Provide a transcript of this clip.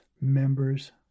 members